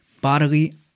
bodily